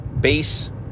base